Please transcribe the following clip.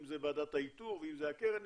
אם זה ועדת האיתור ואם זה הקרן.